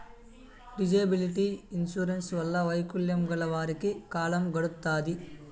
disability insurance వల్ల వైకల్యం గల వారికి కాలం గడుత్తాది